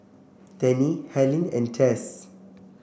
Tennie Helyn and Tess